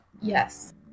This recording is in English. Yes